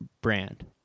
brand